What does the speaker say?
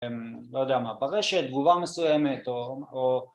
לא יודע מה ברשת, תגובה מסוימת או...